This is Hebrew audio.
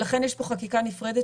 ולכן יש פה חקיקה נפרדת,